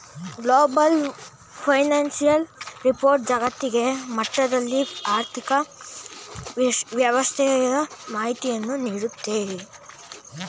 global financial report ಜಾಗತಿಕ ಮಟ್ಟದಲ್ಲಿ ಆರ್ಥಿಕ ವ್ಯವಸ್ಥೆಯ ಮಾಹಿತಿಯನ್ನು ನೀಡುತ್ತದೆ